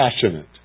passionate